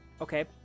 Okay